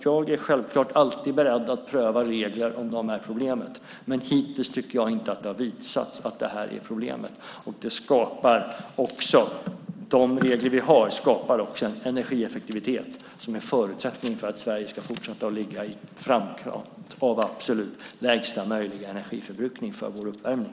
Jag är självklart alltid beredd att pröva regler om det är de som är problemet, men hittills tycker jag inte att det har visats att de är problemet. De regler vi har skapar också en energieffektivitet som är förutsättningen för att Sverige ska fortsätta att ligga i framkant med lägsta möjliga energiförbrukning för vår uppvärmning.